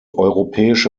europäische